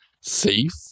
safe